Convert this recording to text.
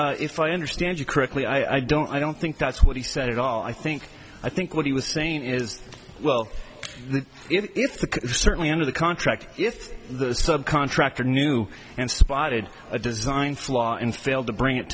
contract if i understand you correctly i don't i don't think that's what he said at all i think i think what he was saying is well if the certainly under the contract if the sub contractor knew and spotted a design flaw in failed to bring it